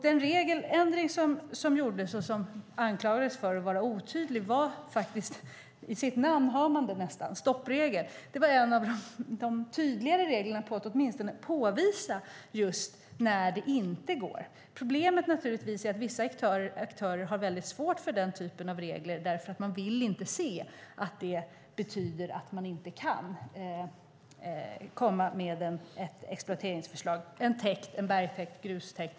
Den regeländring som gjordes och som anklagades för att vara otydlig gällde den så kallade stoppregeln. Det var en av de tydligare reglerna när det gäller att påvisa när man inte får. Problemet är att vissa aktörer har väldigt svårt för den typen av regler, för man vill inte se att det betyder att man inte kan komma med ett exploateringsförslag för en bergtäkt eller en grustäkt.